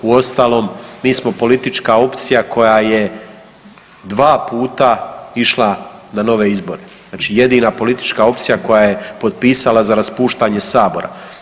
Uostalom, mi smo politička opcija koja je dva puta išla na nove izbore, znači jedina politička opcija koja je potpisala za raspuštanje sabora.